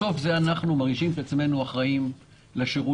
בסוף אנחנו מרגישים את עצמנו אחראים לשירות